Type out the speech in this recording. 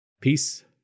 Peace